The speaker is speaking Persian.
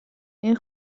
این